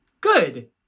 Good